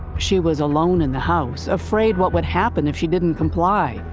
she was alone in the house, afraid what would happen if she didn't comply.